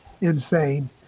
insane